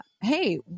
Hey